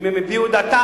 אם הם הביעו את דעתם,